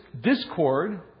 discord